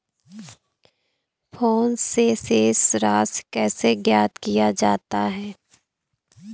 Phone से शेष राशि कैसे ज्ञात किया जाता है?